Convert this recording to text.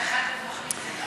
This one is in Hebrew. שהכנתם תוכנית,